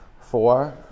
four